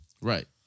Right